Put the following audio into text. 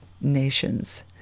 Nations